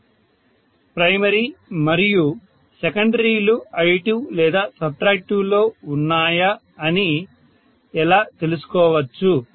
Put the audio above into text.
student primary మరియు సెకండరీలు additive లేదా సబ్ట్రాక్టివ్ లో ఉన్నాయా అని ఎలా తెలుసుకోవచ్చు